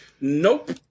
Nope